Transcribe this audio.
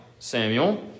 Samuel